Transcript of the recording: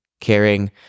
caring